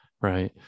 right